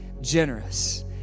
generous